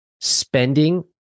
spending